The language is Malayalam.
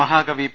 മഹാകവി പി